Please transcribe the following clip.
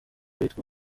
bitwa